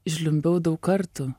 žliumbiau daug kartų